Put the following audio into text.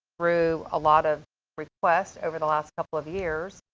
through a lot of requests over the last couple of years,